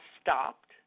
stopped